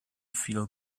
feel